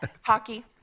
hockey